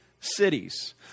cities